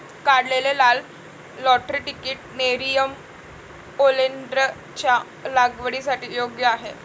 काढलेले लाल lateritic nerium ओलेन्डरच्या लागवडीसाठी योग्य आहे